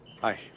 Hi